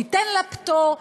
ניתן לה פטור,